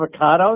avocados